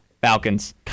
Falcons